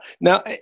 Now